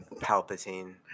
Palpatine